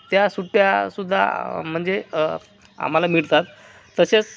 त्या सुट्ट्या सुद्धा म्हणजे आम्हाला मिळतात तसेच